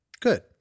Good